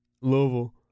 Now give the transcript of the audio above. Louisville